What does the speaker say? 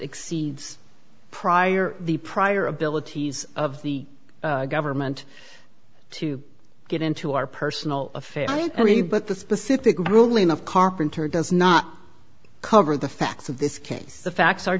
exceeds prior the prior abilities of the government to get into our personal affairs i mean but the specific ruling of carpenter does not cover the facts of this case the facts are